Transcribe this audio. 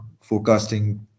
forecasting